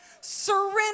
Surrender